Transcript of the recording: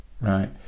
Right